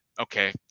okay